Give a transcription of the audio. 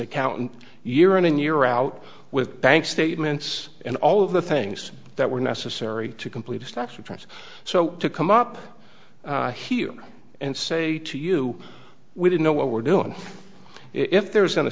accountant year in and year out with bank statements and all of the things that were necessary to complete destruction france so to come up here and say to you we don't know what we're doing if there is going to